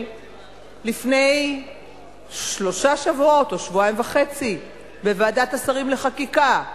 לפני שלושה שבועות או שבועיים וחצי בוועדת השרים לחקיקה.